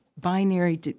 binary